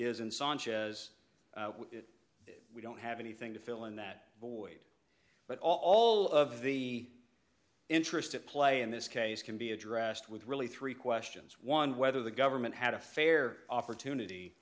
is in sanchez we don't have anything to fill in that void but all of the interest at play in this case can be addressed with really three questions one whether the government had a fair opportunity